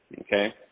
Okay